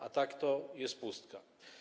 A tak to jest pustka.